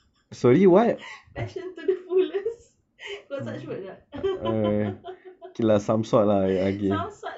passion to the fullest got such word or not some sort